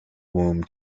womb